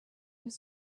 was